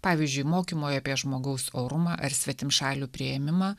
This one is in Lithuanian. pavyzdžiui mokymui apie žmogaus orumą ar svetimšalių priėmimą